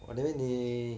!wah! then 你